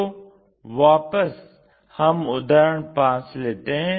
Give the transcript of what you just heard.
तो वापस हम उदाहरण 5 लेते हैं